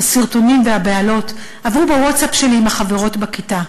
הסרטונים והבהלות עברו בווטסאפ שלי עם החברות בכיתה.